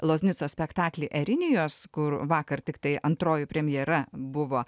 loznicos spektaklį erinijos kur vakar tiktai antroji premjera buvo